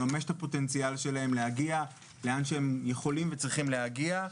לממש את הפוטנציאל שלהם להגיע לאן שהם יכולים וצריכים להגיע,